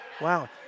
Wow